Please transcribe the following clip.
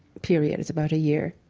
period, is about a year,